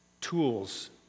tools